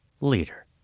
leader